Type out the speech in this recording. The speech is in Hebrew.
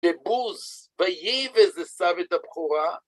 בבוז וייבז עשיו את הבכורה.